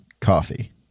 coffee